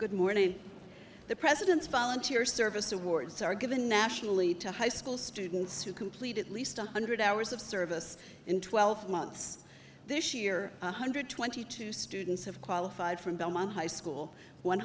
good morning the president's volunteer service awards are given nationally to high school students who complete at least one hundred hours of service in twelve months this year hundred twenty two students have qualified from belmont high school one